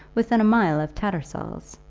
within a mile of tattersall's.